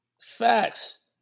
Facts